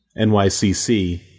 NYCC